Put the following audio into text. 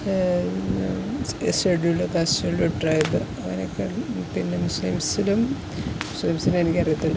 സെ scheduled caste scheduled tribe അങ്ങനെയൊക്കെ പിന്നെ മുസ്ലിംസിലും മുസ്ലിംസിലെ എനിക്കറിയത്തില്ല